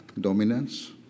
dominance